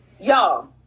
Y'all